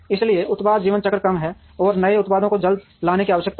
इसलिए उत्पाद जीवन चक्र कम हैं और नए उत्पादों को जल्दी लाने की आवश्यकता है